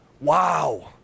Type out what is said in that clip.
Wow